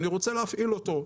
אני רוצה להפעיל אותו.